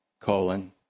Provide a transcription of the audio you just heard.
Colon